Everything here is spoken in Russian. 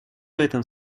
этом